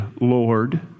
Lord